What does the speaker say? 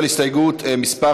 הסתייגות מס'